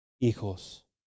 hijos